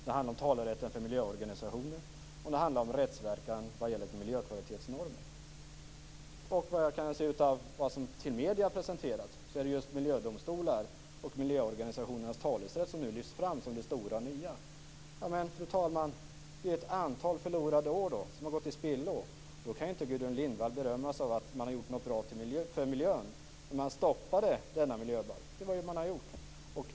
Det handlade om talerätten för miljöorganisationer, och det handlade om rättsverkan vad gäller miljökvalitetsnormer. Enligt vad jag kan se av det som har presenterats för medierna är det just miljödomstolar och miljöorganisationernas talerätt som nu lyfts fram som det stora nya. Men då är det, fru talman, ett antal år som har gått till spillo. Då kan inte Gudrun Lindvall berömma sig av att man har gjort någonting bra för miljön när man stoppade denna miljöbalk. Det var vad man gjorde.